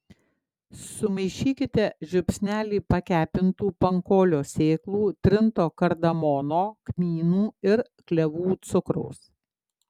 sumaišykite žiupsnelį pakepintų pankolio sėklų trinto kardamono kmynų ir klevų cukraus